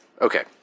Okay